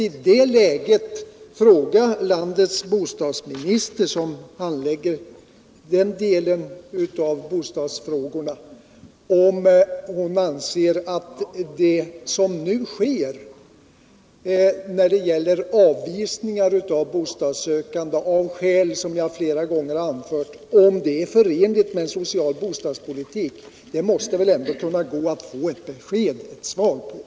I det läget frågar jag landets bostadsminister, som handlägger den delen av bostadsfrågorna, om hon anser att avvisning av bostadssökande av skäl som jag flera gånger har anfört är förenlig med en social bostadspolitik. Det måste väl gå att få ett svar på den frågan.